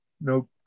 No